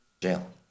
jail